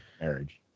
marriage